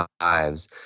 lives